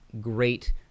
great